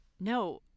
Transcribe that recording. No